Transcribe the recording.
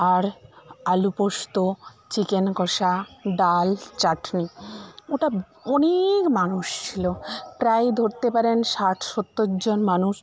আর আলুপোস্ত চিকেন কষা ডাল চাটনি ওটা অনেক মানুষ ছিল প্রায় ধরতে পারেন ষাট সত্তরজন মানুষ